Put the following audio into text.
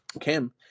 Kim